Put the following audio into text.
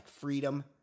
freedom